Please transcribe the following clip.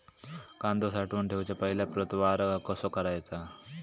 कांदो साठवून ठेवुच्या पहिला प्रतवार कसो करायचा?